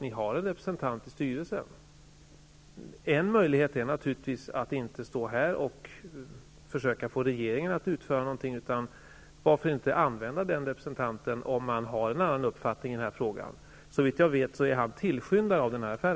ni har en representant i styrelsen. En möjlighet är naturligtvis att inte stå här och försöka få regeringen att utföra något. Varför inte låta representanten framföra en annan uppfattning i frågan? Så vitt jag vet är han en tillskyndare av denna affär.